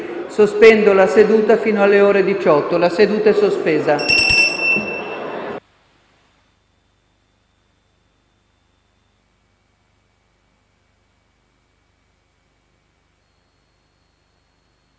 sospendo la seduta fino alle ore 18. *(La seduta, sospesa